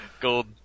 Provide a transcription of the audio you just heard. Gold